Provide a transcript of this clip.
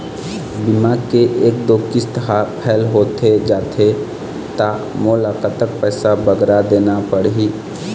बीमा के एक दो किस्त हा फेल होथे जा थे ता मोला कतक पैसा बगरा देना पड़ही ही?